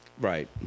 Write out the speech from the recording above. Right